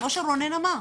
כמו שרונן אמר,